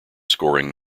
scoring